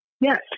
Yes